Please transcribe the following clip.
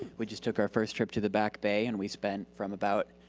we just took our first trip to the back bay and we spent from about,